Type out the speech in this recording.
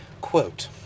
Quote